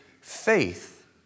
faith